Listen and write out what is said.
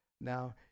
Now